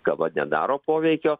kava nedaro poveikio